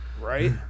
Right